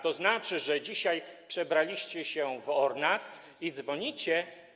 To znaczy, że dzisiaj przebraliście się w ornat i dzwonicie.